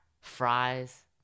fries